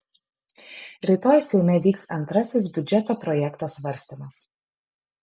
rytoj seime vyks antrasis biudžeto projekto svarstymas